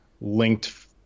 linked